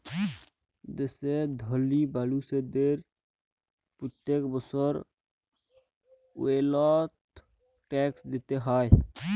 দ্যাশের ধলি মালুসদের প্যত্তেক বসর ওয়েলথ ট্যাক্স দিতে হ্যয়